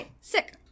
sick